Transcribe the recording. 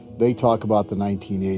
they talk about the nineteen